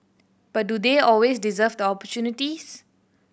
but do they always deserve the opportunities